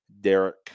Derek